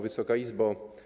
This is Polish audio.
Wysoka Izbo!